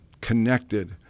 connected